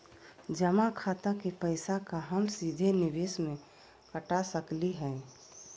जमा खाता के पैसा का हम सीधे निवेस में कटा सकली हई?